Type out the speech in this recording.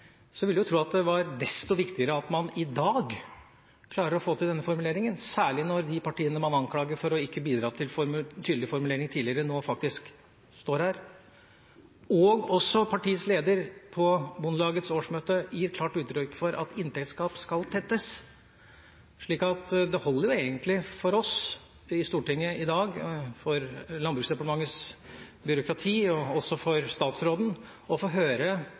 vil jeg tro at det er desto viktigere at man i dag klarer å få til denne formuleringen, særlig når de partiene man anklager for ikke å bidra til tydelig formulering tidligere, nå faktisk står her og også Kristelig Folkepartis leder på Bondelagets årsmøte ga klart uttrykk for at inntektsgap skal tettes. Det holder egentlig for oss i Stortinget i dag, for Landbruksdepartementets byråkrati og også for statsråden å få høre